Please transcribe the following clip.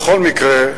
בכל מקרה,